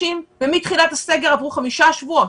ומתחילת הסגר עברו חמישה שבועות,